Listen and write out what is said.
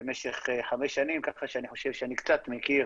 במשך חמש שנים, כך שאני חושב שאני קצת מכיר